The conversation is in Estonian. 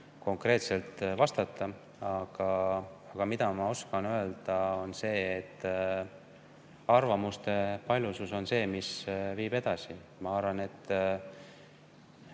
konkreetselt vastata. Aga ma oskan öelda, et arvamuste paljusus on see, mis viib edasi. Ma arvan, et